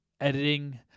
editing